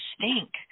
stink